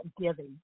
giving